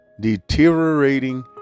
Deteriorating